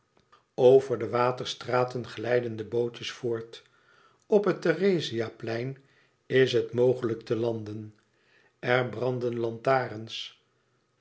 over de waterstraten glijden de bootjes voort op het therezia plein is het mogelijk te landen er branden lantarens